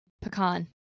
pecan